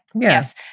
Yes